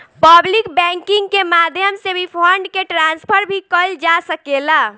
public banking के माध्यम से भी फंड के ट्रांसफर भी कईल जा सकेला